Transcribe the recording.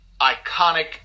iconic